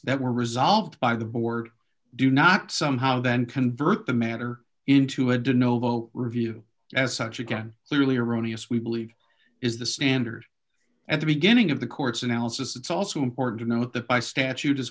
that were resolved by the board do not somehow then convert the matter into a did novo review as such again clearly erroneous we believe is the standard at the beginning of the court's analysis it's also important to note that by statute as